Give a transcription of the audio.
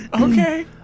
Okay